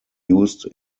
used